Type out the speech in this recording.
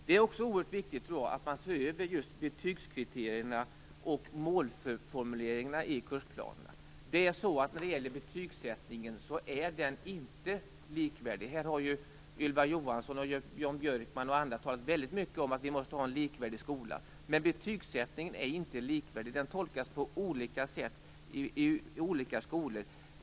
Det är också oerhört viktigt att se över just betygskriterierna och målformuleringarna i kursplanerna. Betygsättningen är inte likvärdig. Här har Ylva Johansson och Jan Björkman och andra talat mycket om att vi måste ha en likvärdig skola. Men betygsättningen är inte likvärdig, utan den tolkas på olika sätt i olika skolor.